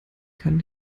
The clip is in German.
kann